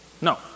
No